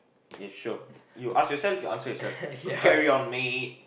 okay sure you ask yourself you answer yourself carry on mate